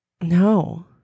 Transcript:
No